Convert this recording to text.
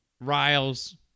Riles